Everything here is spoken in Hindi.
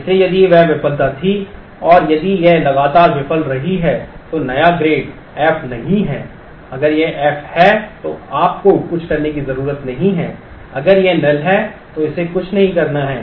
इसलिए यदि यह विफलता थी और यदि यह लगातार विफल रही है तो नया ग्रेड एफ नहीं है अगर यह f है तो आपको कुछ करने की जरूरत नहीं है अगर यह null है तो इसे कुछ नहीं करना है